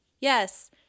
Yes